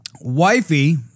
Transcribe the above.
Wifey